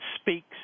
speaks